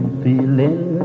feeling